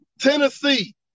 Tennessee